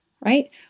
right